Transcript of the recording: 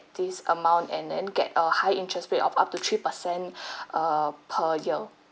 this amount and then get a higher interest rate of up to three percent err per year